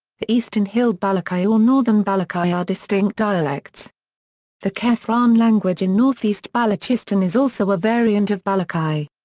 the eastern hill balochi or northern balochi are distinct dialects the kethran language in north east balochistan is also a variant of balochi.